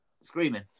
screaming